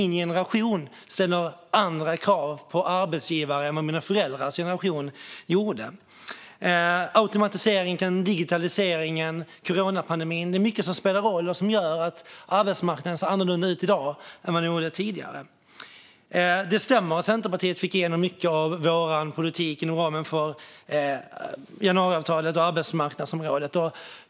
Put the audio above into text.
Min generation ställer andra krav på arbetsgivare än vad mina föräldrars generation gjorde. Automatiseringen, digitaliseringen, coronapandemin - det är mycket som spelar en roll och som gör att arbetsmarknaden ser annorlunda ut i dag än tidigare. Det stämmer att vi i Centerpartiet fick igenom mycket av vår politik inom ramen för januariavtalet på arbetsmarknadsområdet.